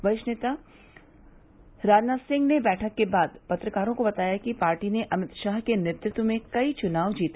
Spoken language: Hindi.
वरिष्ठ पार्टी नेता राजनाथ सिंह ने बैठक के बाद पत्रकारों को बताया कि पार्टी ने अमित शाह के नेतृत्व में कई चुनाव जीते